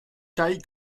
taille